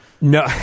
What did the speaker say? No